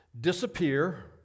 disappear